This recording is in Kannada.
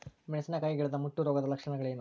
ಮೆಣಸಿನಕಾಯಿ ಗಿಡದ ಮುಟ್ಟು ರೋಗದ ಲಕ್ಷಣಗಳೇನು?